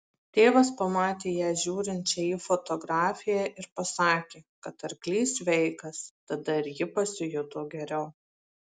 tėvas pamatė ją žiūrinčią į fotografiją ir pasakė kad arklys sveikas tada ir ji pasijuto geriau